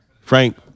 Frank